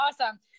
awesome